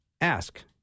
ask